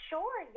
Sure